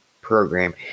program